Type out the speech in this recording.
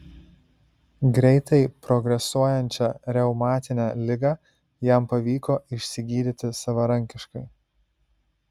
greitai progresuojančią reumatinę ligą jam pavyko išsigydyti savarankiškai